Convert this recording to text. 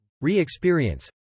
Re-Experience